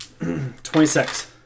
26